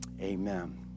Amen